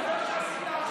זה מה שעשית עכשיו,